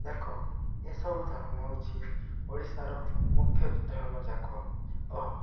ଯାକ ଏସବୁ ଧର୍ମ ହେଉଛି ଓଡ଼ିଶାର ମୁଖ୍ୟ ଧର୍ମଯାକ ଓ